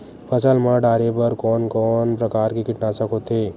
फसल मा डारेबर कोन कौन प्रकार के कीटनाशक होथे?